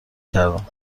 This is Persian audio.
کردم